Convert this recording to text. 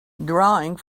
drawing